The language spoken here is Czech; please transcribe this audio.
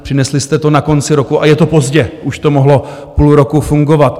Přinesli jste to na konci roku a je to pozdě, už to mohlo půl roku fungovat.